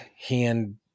hand